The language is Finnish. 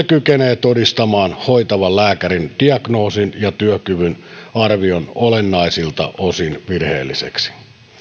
kykenee todistamaan hoitavan lääkärin diagnoosin ja työkyvyn arvion olennaisilta osin virheelliseksi